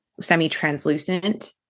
semi-translucent